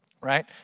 right